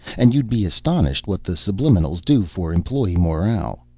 and you'd be astonished what the subliminals do for employee morale.